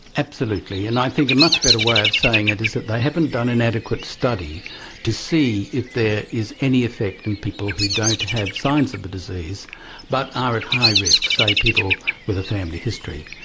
absolutely, and i think a much better way of saying it is that they haven't done an adequate study to see if there is any effect in people who don't have signs of the disease but are at high risk, say people with a family history.